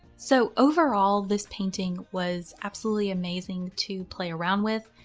so overall, this painting was absolutely amazing to play around with.